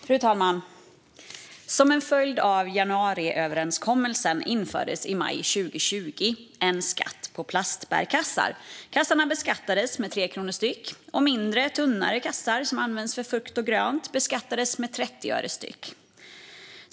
Fru talman! Som en följd av januariöverenskommelsen infördes i maj 2020 en skatt på plastbärkassar. Kassarna beskattades med 3 kronor styck, och mindre, tunnare kassar som används för frukt och grönt beskattades med 30 öre styck.